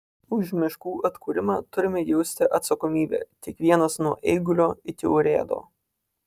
už miškų atkūrimą turime jausti atsakomybę kiekvienas nuo eigulio iki urėdo